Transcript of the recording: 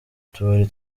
tubari